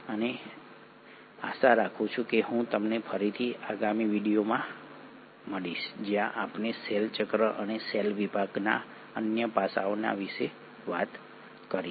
અને આશા રાખું છું કે હું તમને ફરીથી આગામી વિડિઓમાં મળીશ જ્યાં આપણે સેલ ચક્ર અને સેલ વિભાગના અન્ય પાસાઓ વિશે વાત કરીશું